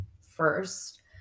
first